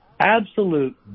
absolute